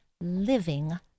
Living